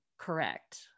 Correct